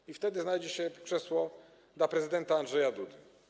I wtedy znajdzie się krzesło dla prezydenta Andrzeja Dudy.